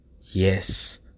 Yes